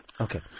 Okay